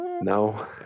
No